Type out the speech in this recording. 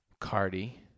Cardi